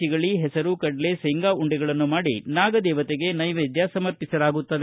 ಚಿಗಳಿ ಹೆಸರು ಕಡ್ಲೆ ಸೇಂಗಾ ಉಂಡೆಗಳನ್ನು ಮಾಡಿ ನಾಗದೇವತೆಗೆ ನೈವೇದ್ಯ ಸಮರ್ಪಿಸಲಾಗುತ್ತದೆ